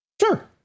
Sure